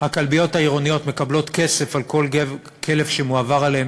הכלביות העירוניות מקבלות כסף על כל כלב שמועבר אליהן,